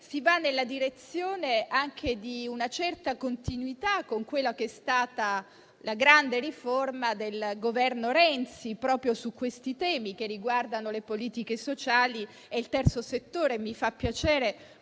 anche nella direzione di una certa continuità con la grande riforma del Governo Renzi proprio sui temi che riguardano le politiche sociali e il Terzo settore. Mi fa piacere